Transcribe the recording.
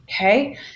okay